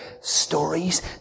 stories